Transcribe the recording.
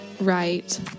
right